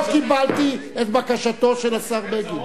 לא קיבלתי את בקשתו של השר בגין.